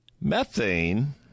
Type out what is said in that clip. Methane